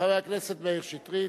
חבר הכנסת מאיר שטרית.